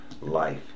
life